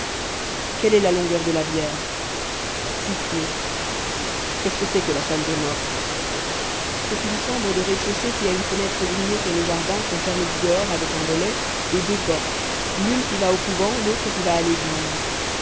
quelle est la longueur de la bière six pieds qu'est-ce que c'est que la salle des mortes c'est une chambre du rez-de-chaussée qui a une fenêtre grillée sur le jardin qu'on ferme du dehors avec un volet et deux portes l'une qui va au couvent l'autre qui va à l'église